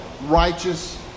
righteous